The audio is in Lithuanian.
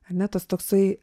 ar ne tas toksai